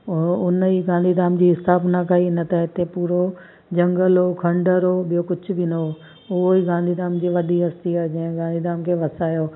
उहो उन ई गांधीधाम जी स्थापना कई न त हिते पूरो झंगलु हुओ खंडर हुओ ॿियो कुझु बि न हुओ उहा ई गांधीधाम जी वॾी हस्ती आहे जंहिं गांधीधाम खे वसायो